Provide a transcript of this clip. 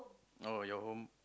oh your home